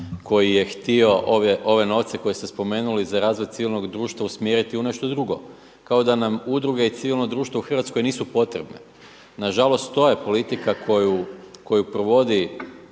koji je htio ove novce koje ste spomenuli za razvoj civilnog društva usmjeriti u nešto drugo, kao da nam udruge i civilno društvo u Hrvatskoj nisu potrebne. Nažalost to je politika koju provodi